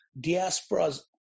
diasporas